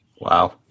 Wow